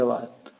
धन्यवाद